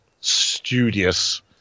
studious